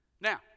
Now